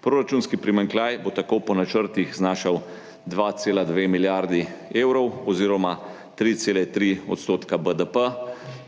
Proračunski primanjkljaj bo tako po načrtih znašal 2,2 milijardi evrov oziroma 3,3 % BDP